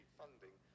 funding